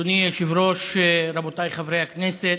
אדוני היושב-ראש, רבותיי חברי הכנסת,